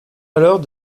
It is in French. alors